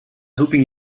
hoping